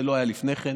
זה לא היה לפני כן.